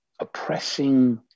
oppressing